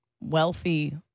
wealthy